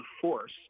force